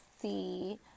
see